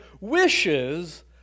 wishes